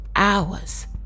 hours